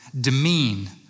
demean